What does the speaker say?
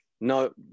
no